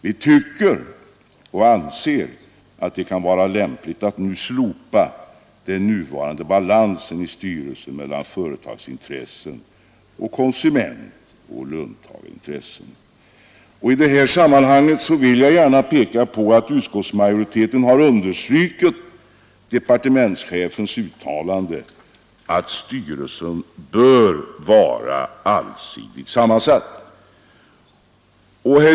Vi anser att det kan vara lämpligt att slopa den nuvarande balansen i styrelsen mellan företagsintressen samt konsumentoch löntagarintressen. I detta sammanhang vill jag gärna peka på att utskottsmajoriteten har understrukit departementschefens uttalande att styrelsen bör vara allsidigt sammansatt.